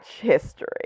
history